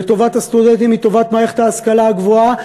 וטובת הסטודנטים היא טובת מערכת ההשכלה הגבוהה,